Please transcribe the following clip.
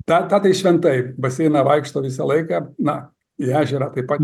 tą tą tai šventai baseiną vaikštau visą laiką na į ežerą taip pat